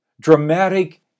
dramatic